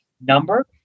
number